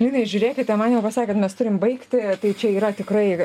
linai žiūrėkite man jau pasakė kad mes turim baigti tai čia yra tikrai